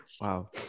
wow